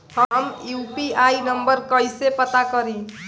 हम UPI number कइसे पता करी?